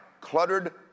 Cluttered